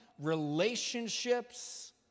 relationships